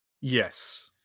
Yes